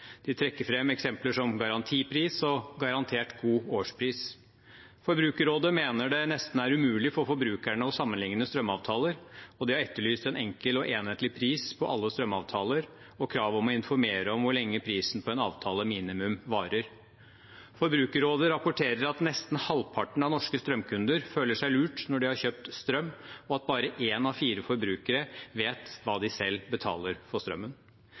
De trekker fram eksempler som garantipris og garantert god årspris. Forbrukerrådet mener det nesten er umulig for forbrukerne å sammenligne strømavtaler, og de har etterlyst en enkel og enhetlig pris på alle strømavtaler og krav om å informere om hvor lenge prisen på en avtale minimum varer. Forbrukerrådet rapporterer at nesten halvparten av norske strømkunder føler seg lurt når de har kjøpt strøm, og at bare én av fire forbrukere vet hva de selv betaler for strømmen.